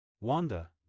Wanda